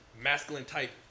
Masculine-type